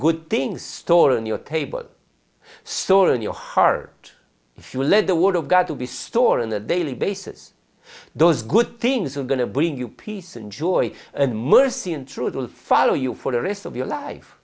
good things store in your table saw in your heart if you lead the word of god to be stored in a daily basis those good things are going to bring you peace and joy and mercy and truth will follow you for the rest of your life